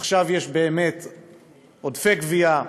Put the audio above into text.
עכשיו שבאמת יש עודפי גבייה,